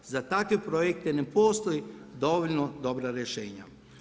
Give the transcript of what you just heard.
Za takve projekte ne postoji dovoljno dobra rješenja.